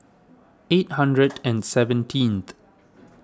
eight hundred and seventeenth